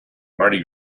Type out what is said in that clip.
mardi